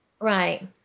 right